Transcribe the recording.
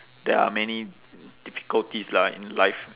there are many difficulties lah in life